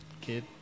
kid